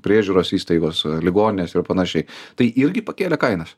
priežiūros įstaigos ligoninės ir panašiai tai irgi pakėlė kainas